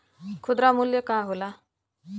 खुदरा मूल्य का होला?